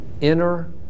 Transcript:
inner